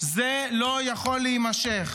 זה לא יכול להימשך.